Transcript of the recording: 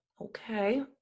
Okay